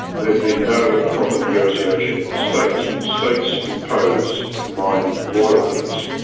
there'd been no proper negotiation with the states and the states impose mining royalties.